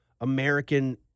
american